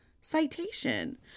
citation